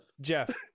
Jeff